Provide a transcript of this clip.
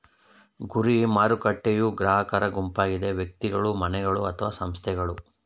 ಗುರಿ ಮಾರುಕಟ್ಟೆಯೂ ಗ್ರಾಹಕರ ಗುಂಪಾಗಿದೆ ವ್ಯಕ್ತಿಗಳು, ಮನೆಗಳು ಅಥವಾ ಸಂಸ್ಥೆಗಳು